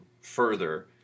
further